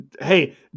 hey